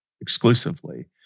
exclusively